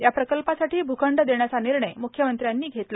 या प्रकल्पासाठी भूखंड देण्याचा निर्णय मुख्यमंत्र्यांनी घेतला